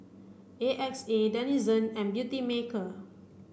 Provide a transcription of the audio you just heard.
A X A Denizen and Beautymaker